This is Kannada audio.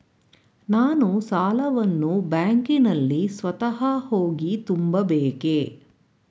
ನಾನು ಸಾಲವನ್ನು ಬ್ಯಾಂಕಿನಲ್ಲಿ ಸ್ವತಃ ಹೋಗಿ ತುಂಬಬೇಕೇ?